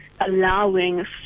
allowing